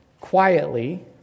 quietly